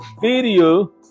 video